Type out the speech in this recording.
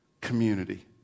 community